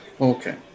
Okay